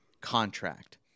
contract